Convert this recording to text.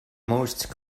most